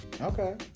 Okay